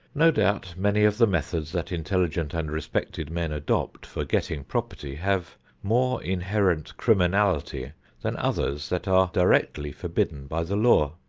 no doubt many of the methods that intelligent and respected men adopt for getting property have more inherent criminality than others that are directly forbidden by the law.